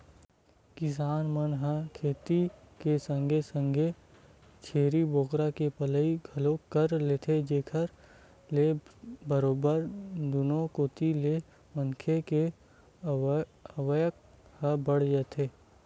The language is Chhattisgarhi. किसान मन ह खेती के संगे संग छेरी बोकरा के पलई घलोक कर लेथे जेखर ले बरोबर दुनो कोती ले मनखे के आवक ह बड़ जाथे